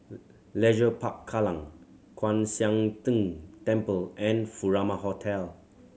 Leisure Park Kallang Kwan Siang Tng Temple and Furama Hotel